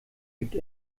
gibt